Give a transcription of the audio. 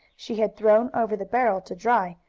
she had thrown over the barrel to dry,